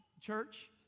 church